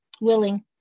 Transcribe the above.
Willing